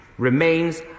remains